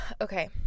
okay